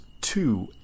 two